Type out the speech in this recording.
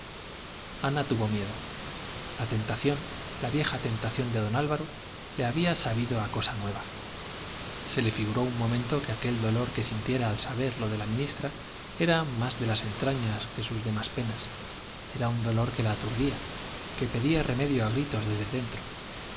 ana tuvo miedo la tentación la vieja tentación de don álvaro le había sabido a cosa nueva se le figuró un momento que aquel dolor que sintiera al saber lo de la ministra era más de las entrañas que sus demás penas era un dolor que la aturdía que pedía remedio a gritos desde dentro